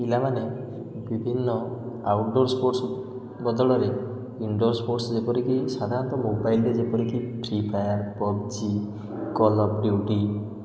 ପିଲାମାନେ ବିଭିନ୍ନ outdoor sports ବଦଳରେ ଇନଡ଼ୋର ସ୍ପୋର୍ଟସ ଯେପରିକି ସାଧାରଣତଃ ମୋବାଇଲ୍ ଯେପରିକି Free Fire PUBG Call of duty